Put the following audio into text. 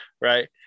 Right